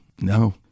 No